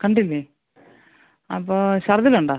കണ്ടില്ലേ അപ്പോൾ ശർദിലുണ്ടോ